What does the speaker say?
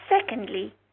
Secondly